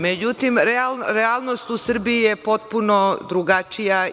Međutim, realnost u Srbiji je potpuno drugačija.